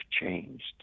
changed